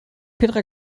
petra